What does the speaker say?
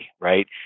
right